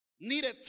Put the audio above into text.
needed